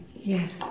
Yes